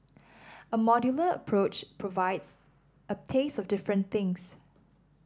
a modular approach provides a taste of different things